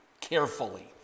carefully